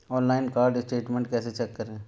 Online card statement कैसे check करें?